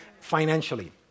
financially